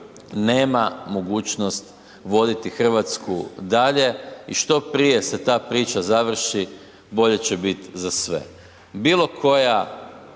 nema mogućnost voditi Hrvatsku dalje i što prije se ta priča završi bolje će biti za sve.